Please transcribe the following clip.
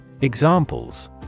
Examples